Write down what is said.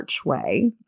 archway